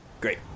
Great